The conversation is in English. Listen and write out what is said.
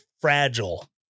fragile